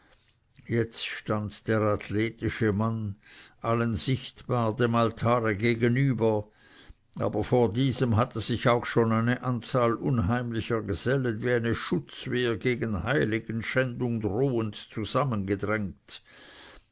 jetzt stand der athletische mann allen sichtbar dem altare gegenüber aber vor diesem hatte sich auch schon eine anzahl unheimlicher gesellen wie eine schutzwehr gegen heiligenschändung drohend zusammengedrängt